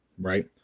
right